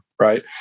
right